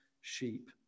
sheep